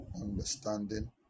understanding